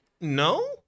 No